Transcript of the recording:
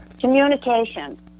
communication